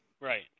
right